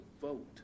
vote